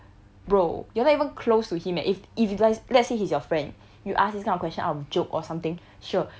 bro you're not even close to him eh if if you guys let's say he's your friend you ask this kind of question out of joke or something sure